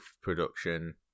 production